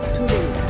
today